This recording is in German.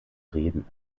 reden